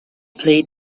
played